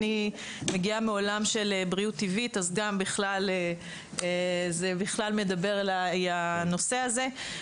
אני מגיעה מעולם של בריאות טבעית אז גם זה בכלל מדבר אליי הנושא הזה.